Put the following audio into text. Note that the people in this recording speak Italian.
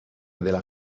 della